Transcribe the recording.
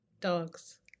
Dogs